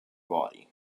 body